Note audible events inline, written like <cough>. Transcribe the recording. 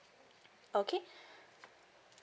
okay <breath>